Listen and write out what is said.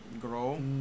Grow